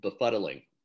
befuddling